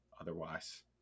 Otherwise